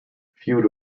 feud